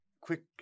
quick